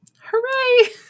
Hooray